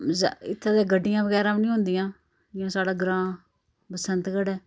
इत्थै ते गड्डियां बगैरा बी नेईं होंदियां जियां साढ़ा ग्रांऽ बसंतगढ़ ऐ